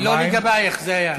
לא לגבייך זה היה.